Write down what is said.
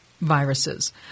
viruses